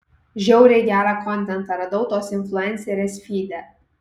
žiauriai gerą kontentą radau tos influencerės fyde